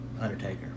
Undertaker